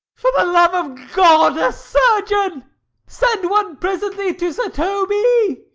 for the love of god, a surgeon! send one presently to sir toby.